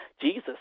Jesus